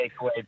takeaway